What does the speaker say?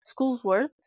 Schoolsworth